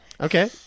Okay